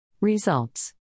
Results